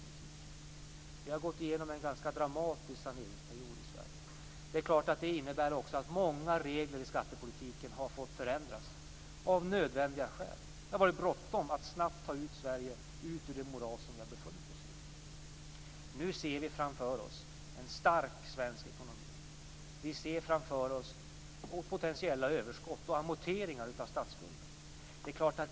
Vi har gått igenom en ganska dramatisk saneringsperiod i Sverige. Det innebär självfallet också att många regler i skattepolitiken har fått förändras av nödvändiga skäl. Det har varit bråttom att snabbt ta Sverige ut ur det moras som landet har befunnit sig i. Nu ser vi framför oss en stark svensk ekonomi. Vi ser framför oss potentiella överskott och amorteringar på statsskulden.